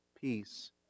peace